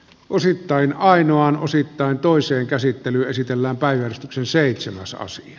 osittain ainoan osittain toisen käsittely esitellään päivystyksen seitsemäs osa